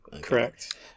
Correct